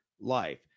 life